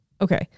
Okay